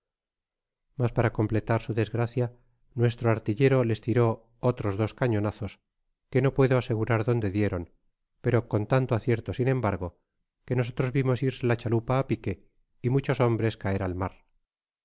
mas para completad su desgracia nuestro artillero les tiró otros dos cañonazos que no puedo asegu rar donde dieron pero con tanto acierto sin embargo qw nosotros vimos irse la chalupa á pique y muchos hombres caer al mar